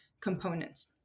components